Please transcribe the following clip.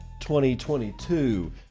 2022